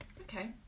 Okay